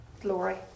glory